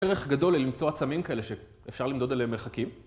ערך גדול ללמצוא עצמים כאלה, שאפשר למדוד עליהם מרחקים.